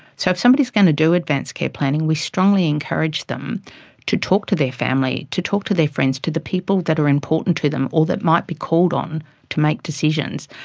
so if somebody's going to do advance care planning, we strongly encourage them to talk to their family, to talk to their friends, to the people who are important to them or that might be called on to make decisions,